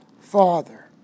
Father